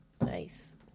Nice